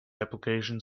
application